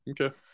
Okay